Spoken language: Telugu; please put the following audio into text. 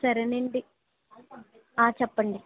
సరేనండి చెప్పండి